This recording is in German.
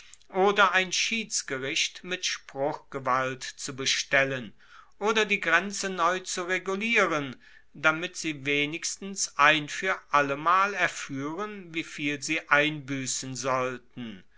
oder ein schiedsgericht mit spruchgewalt zu bestellen oder die grenze neu zu regulieren damit sie wenigstens ein fuer allemal erfuehren wieviel sie einbuessen sollten